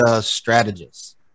strategist